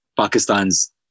Pakistan's